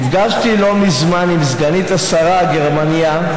נפגשתי לא מזמן עם סגנית השרה הגרמנייה,